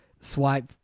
swipe